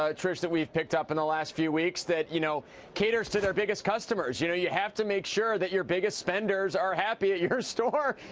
ah trish, that we picked up in the last few weeks that you know caters to their biggest customers. you know you have to make sure your biggest spenders are happy at your store.